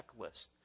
checklist